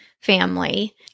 family